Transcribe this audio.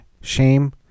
shame